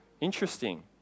Interesting